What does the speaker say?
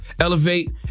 elevate